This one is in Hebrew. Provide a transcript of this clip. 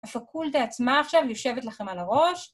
הפקולטה עצמה עכשיו יושבת לכם על הראש.